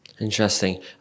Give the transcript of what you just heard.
Interesting